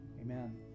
Amen